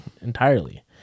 entirely